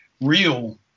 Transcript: real